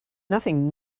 nothing